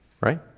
right